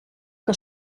que